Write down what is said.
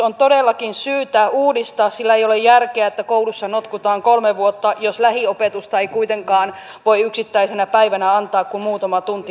on todellakin syytä uudistaa sillä ei ole järkeä siinä että koulussa notkutaan kolme vuotta jos lähiopetusta ei kuitenkaan voi yksittäisenä päivänä antaa kuin muutaman tunnin päivässä